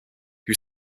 who